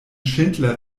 schindler